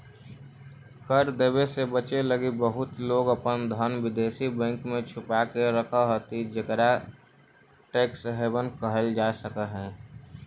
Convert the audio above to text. कर देवे से बचे लगी बहुत लोग अपन धन विदेशी बैंक में छुपा के रखऽ हथि जेकरा टैक्स हैवन कहल जा हई